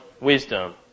wisdom